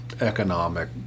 economic